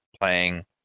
playing